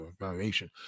evaluation